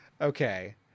Okay